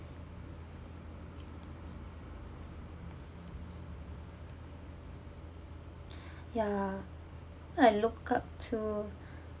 ya I look up to